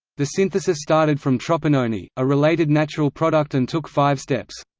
the synthesis started from tropinone, a related natural product and took five steps.